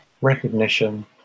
Recognition